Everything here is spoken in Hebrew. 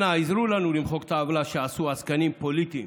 אנא עזרו לנו למחוק את העוולה שעשו עסקנים פוליטיים